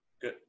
Good